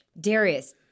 Darius